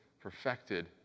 perfected